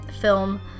film